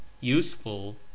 Useful